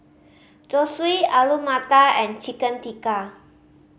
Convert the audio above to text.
Zosui Alu Matar and Chicken Tikka